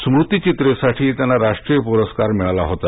स्मृतिचित्रेसाठी त्यांना राष्ट्रीय पुरस्कार मिळाला होता